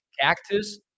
Cactus